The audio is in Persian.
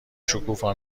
شکوفا